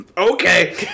Okay